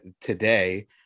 today